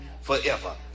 forever